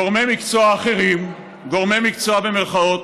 גורמי מקצוע אחרים, "גורמי מקצוע", במירכאות,